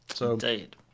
Indeed